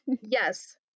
Yes